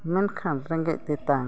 ᱢᱮᱱᱠᱷᱟᱱ ᱨᱮᱸᱜᱮᱡ ᱛᱮᱛᱟᱝ